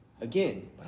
again